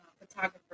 photographer